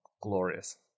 glorious